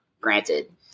granted